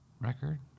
record